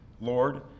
Lord